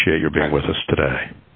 appreciate your being with us today